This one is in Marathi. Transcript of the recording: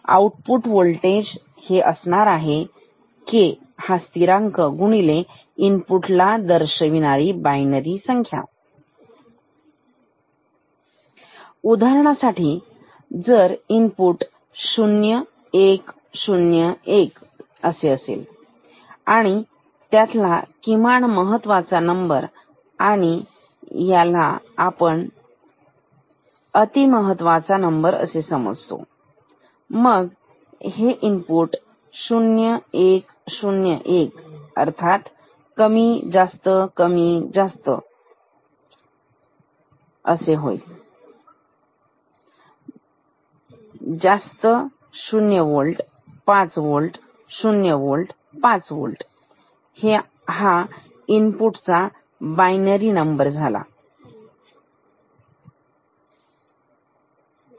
Vo K x इनपुट ला दर्शविणारी बायनरी संख्या उदाहरणासाठी जर इनपुट 0 1 0 1 असेल आणि त्यातला किमान महत्त्वाचा नंबर आणि याला आपण अति महत्त्वाचा नंबर असे समजतो मग हे इनपुट 0 1 0 1 अर्थात कमी जास्त कमी जास्त 0 वोल्ट 5 वोल्ट 0 वोल्ट 5 वोल्ट हे इनपुट बायनरी नंबर सारखे असते